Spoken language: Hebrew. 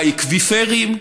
באקוויפרים,